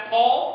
Paul